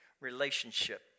relationship